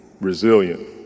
resilient